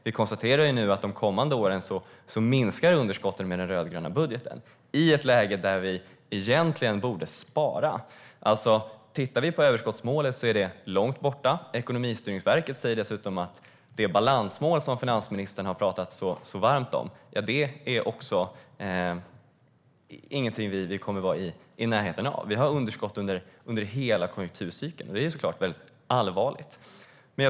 Vi konstaterar nu att med den rödgröna budgeten minskar underskotten under de kommande åren, i ett läge då vi egentligen borde spara. Överskottsmålet är långt borta. Ekonomistyrningsverket säger dessutom att vi inte kommer att vara i närheten av det balansmål som finansministern har talat så varmt om. Vi har underskott under hela konjunkturcykeln, vilket såklart är allvarligt.